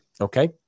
Okay